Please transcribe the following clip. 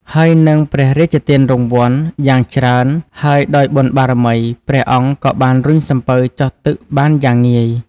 ហើយនឹងព្រះរាជទានរង្វាន់យ៉ាងច្រើនហើយដោយបុណ្យបារមី ព្រះអង្គក៏បានរុញសំពៅចុះទឹកបានយ៉ាងងាយ។